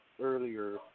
earlier